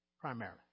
primarily